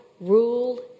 rule